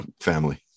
family